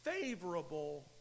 favorable